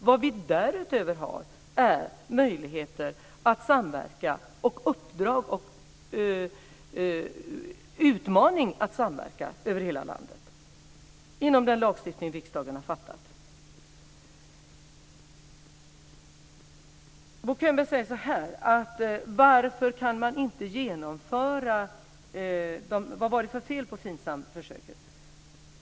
Vad vi därutöver har är möjligheter och utmaningar att samverka över hela landet inom ramen för den lagstiftning som riksdagen har fattat beslut om. Bo Könberg frågar vad det var för fel på FIN SAM-försöket.